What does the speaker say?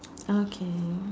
okay